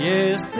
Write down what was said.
Yes